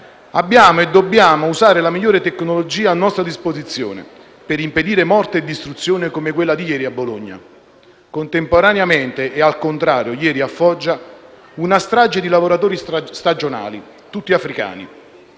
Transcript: Abbiamo e dobbiamo usare la migliore tecnologia a nostra disposizione per impedire morte e distruzione come quella di ieri a Bologna. Contemporaneamente, e al contrario, ieri a Foggia c'è stata una strage di lavoratori stagionali, tutti africani